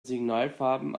signalfarben